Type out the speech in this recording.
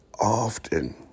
often